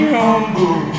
humble